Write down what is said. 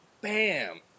bam